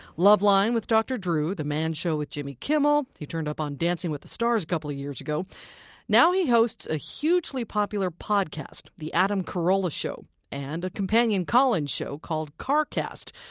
loveline with dr. drew, the man show with jimmy kimmel. he turned up on dancing with the stars couple years ago now he hosts a hugely popular podcast the adam carolla show and a companion call-in show called carcast,